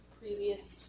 previous